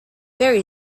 barry